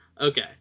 Okay